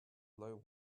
low